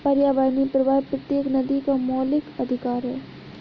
पर्यावरणीय प्रवाह प्रत्येक नदी का मौलिक अधिकार है